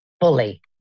fully